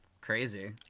Crazy